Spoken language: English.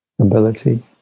ability